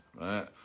right